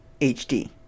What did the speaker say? HD